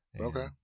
Okay